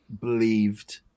believed